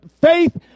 faith